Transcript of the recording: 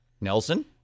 Nelson